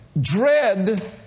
Dread